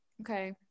Okay